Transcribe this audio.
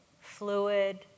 fluid